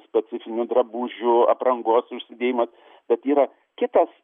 specifinių drabužių aprangos užsidėjimas bet yra kitas